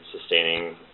sustaining